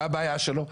מה הבעיה שלו,